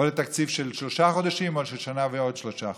תקציב של שלושה חודשים או של שנה ועוד שלושה חודשים.